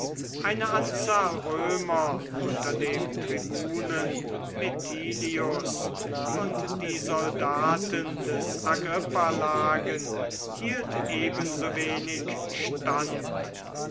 eine anzahl römer unter dem tribunen metilius und die soldaten des agrippa lagen hielt ebensowenig stand